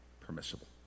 permissible